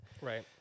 Right